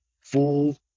full